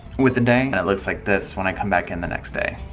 with the day, and it looks like this when i come back in the next day.